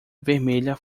vermelha